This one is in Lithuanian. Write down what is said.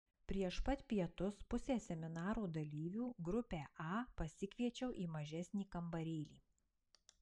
prieš pat pietus pusę seminaro dalyvių grupę a pasikviečiau į mažesnį kambarėlį